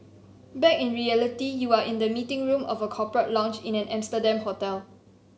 back in reality you are in the meeting room of a corporate lounge in an Amsterdam hotel